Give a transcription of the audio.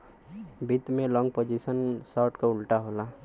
वित्त में long position short क उल्टा होला